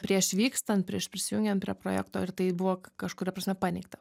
prieš vykstant prieš prisijungiant prie projekto ir tai buvo kažkuria prasme paneigta